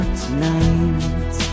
tonight